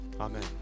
Amen